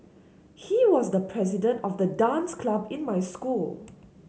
he was the president of the dance club in my school